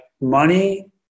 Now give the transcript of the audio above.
money